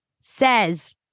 says